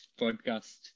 Podcast